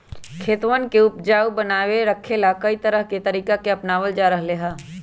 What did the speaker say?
खेतवन के उपजाऊपन बनाए रखे ला, कई तरह के तरीका के अपनावल जा रहले है